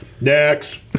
Next